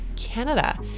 canada